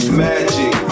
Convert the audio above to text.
magic